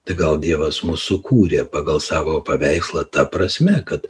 tai gal dievas mus sukūrė pagal savo paveikslą ta prasme kad